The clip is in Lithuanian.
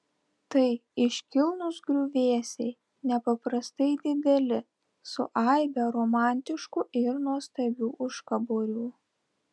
tai iškilnūs griuvėsiai nepaprastai dideli su aibe romantiškų ir nuostabių užkaborių